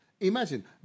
Imagine